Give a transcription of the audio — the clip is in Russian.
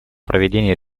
проведение